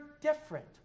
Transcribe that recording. different